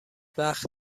وقت